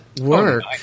work